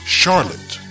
charlotte